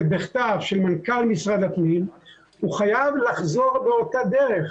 בכתב של מנכ"ל משרד הפנים הוא חייב לחזור באותה דרך.